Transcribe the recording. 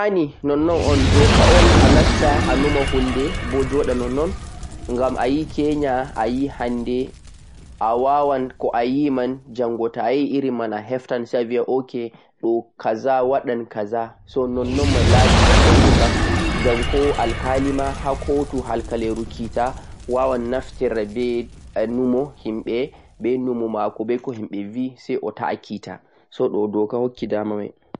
Ae hanii nonnon on bo doka on alatta anuma hunde bo joɗa nonnon ngam ayi kenya, ayi hande. Awawan ko'a timan jango ta'ayi irin mai a heftan ngam koh kitowo ha kitotirdu wawan naftira be numo himɓe, numo mako be koh himɓe ve'e sai ta'a keeta.